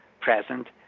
present